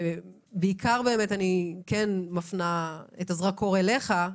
בעיקר אני מפנה את הזרקור אליך,